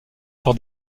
sur